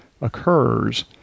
occurs